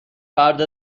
فرد